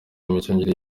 imicungire